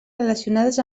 relacionades